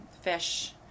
fish